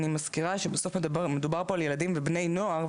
אני מזכירה שבסוף מדובר פה על ילדים ובני נוער.